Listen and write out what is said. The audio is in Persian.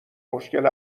مشکل